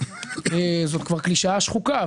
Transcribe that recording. וזו קלישאה שחוקה,